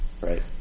right